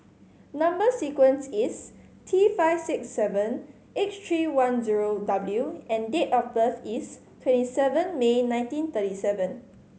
number sequence is T five six seven eight three one zero W and date of birth is twenty seven May nineteen thirty seven